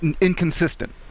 inconsistent